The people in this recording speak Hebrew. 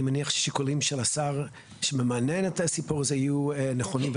אני מניח ששיקולים של השר שממן את הסיפור הזה יהיו נכונים.